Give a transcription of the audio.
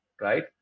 right